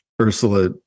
Ursula